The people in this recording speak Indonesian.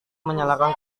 menyalakan